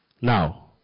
now